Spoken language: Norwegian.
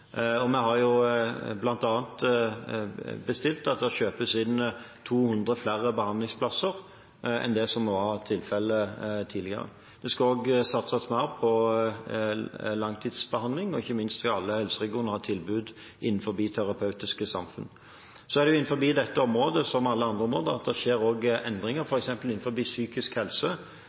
Vi har bl.a. bestilt at det kjøpes inn 200 flere behandlingsplasser enn det som var tilfellet tidligere. Det skal også satses mer på langtidsbehandling, og ikke minst skal alle helseregioner ha tilbud innenfor terapeutiske samfunn. Så er det sånn innenfor dette området, som på alle andre områder, at det også skjer endringer, f.eks. innenfor psykisk helse.